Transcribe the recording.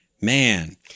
man